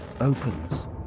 opens